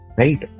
right